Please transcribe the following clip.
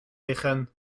liggen